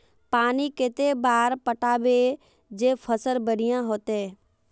पानी कते बार पटाबे जे फसल बढ़िया होते?